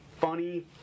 funny